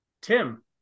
Tim